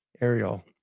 Ariel